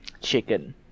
chicken